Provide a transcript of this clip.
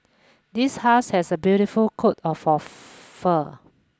this husky has a beautiful coat of fur